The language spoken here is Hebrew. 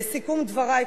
לסיכום דברי,